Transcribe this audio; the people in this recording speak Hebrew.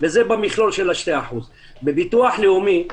בביטוח לאומי,